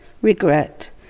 regret